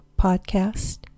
podcast